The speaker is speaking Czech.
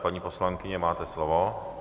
Paní poslankyně, máte slovo.